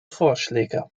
vorschläge